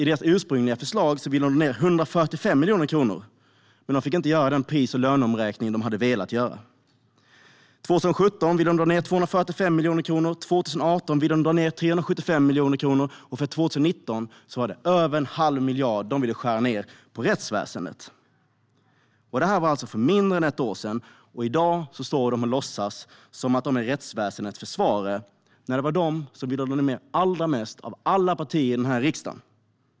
I deras ursprungliga förslag ville de dra ned med 145 miljoner kronor, men de fick inte göra den pris och löneomräkning de hade velat göra. För 2017 ville de dra ned med 245 miljoner kronor, för 2018 ville de dra ned med 375 miljoner kronor och för 2019 ville de skära ned på rättsväsendet med över en halv miljard. Det här var alltså för mindre än ett år sedan, och i dag står de här och låtsas att de är rättsväsendets försvarare när det var de som ville dra ned allra mest av alla partier i den här riksdagen.